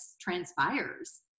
transpires